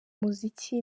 umuziki